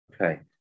okay